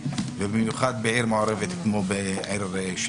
במיוחד בעיר מעורבת כמו רמלה.